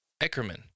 Eckerman